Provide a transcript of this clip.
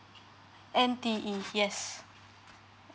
N T E yes